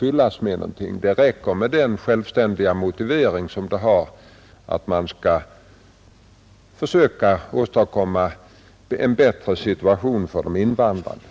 För att öka utbildningen för invandrarna räcker det med den självständiga motiveringen, att vi bör försöka åstadkomma en bättre situation för invandrarna.